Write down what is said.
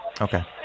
Okay